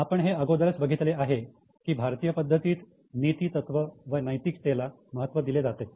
आपण हे अगोदरच बघितले आहे की भारतीय पद्धतीत नीतीतत्व व नैतिकतेला महत्व दिले जाते